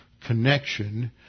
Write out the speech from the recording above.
connection